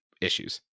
issues